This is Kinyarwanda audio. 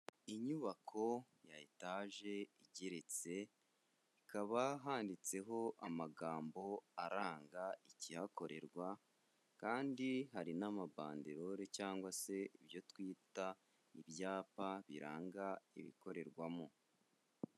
Inyubako ya etaje igeretse, hakaba handitseho amagambo aranga ikihakorerwa kandi hari n'amabandirore cyangwa se ibyo twita ibyapa biranga ibikorerwamo.